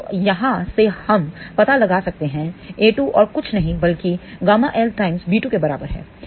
तो यहाँ से हम पता लगा सकते हैं a2 और कुछ नहीं बल्कि ƬL टाइम्स b2 के बराबर है